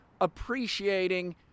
appreciating